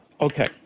Okay